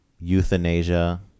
euthanasia